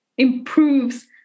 improves